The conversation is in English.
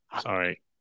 Sorry